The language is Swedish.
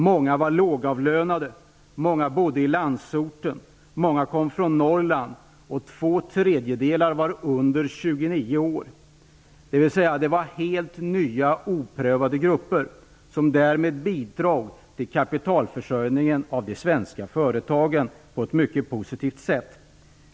Många var lågavlönade, många bodde i landsorten, många kom från Norrland och två tredjedelar var under 29 år, dvs. att det var helt nya oprövade grupper som därmed bidrog till kapitalförsörjningen av de svenska företagen på ett mycket positivt sätt.